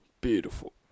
beautiful